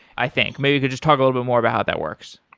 i think. maybe you could just talk a little bit more about how that works.